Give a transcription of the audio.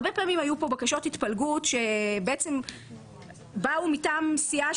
הרבה פעמים היו פה בקשות התפלגות שבאו מטעם סיעה